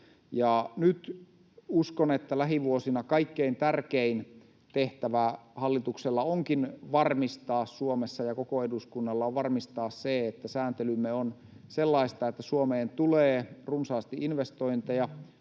nyt uskon, että lähivuosina kaikkein tärkein tehtävä hallituksella ja koko eduskunnalla onkin varmistaa Suomessa se, että sääntelymme on sellaista, että Suomeen tulee runsaasti investointeja.